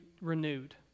renewed